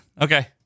okay